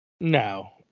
No